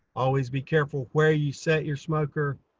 always be careful where you set your smoker.